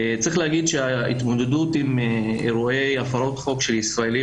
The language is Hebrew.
צריך להגיד שההתמודדות עם אירועי הפרות חוק של ישראלים